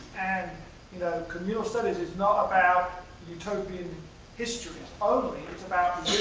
and you know communal studies is not about utopian history only, it's about